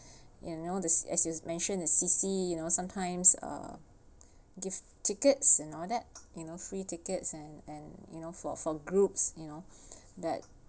you know this as you mentioned the C_C you know sometimes uh give tickets and all that you know free tickets andthen you know for for group you know that